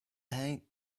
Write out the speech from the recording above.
pang